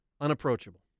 unapproachable